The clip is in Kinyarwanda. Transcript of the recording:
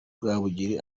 rwabugili